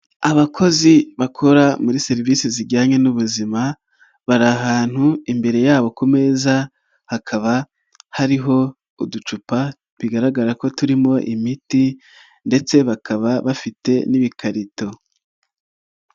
Abakozi bakora muri serivisi zijyanye n'ubuzima, bari ahantu imbere yabo ku meza hakaba hariho uducupa bigaragara ko turimo imiti ndetse bakaba bafite n'ibikarito.